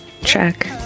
check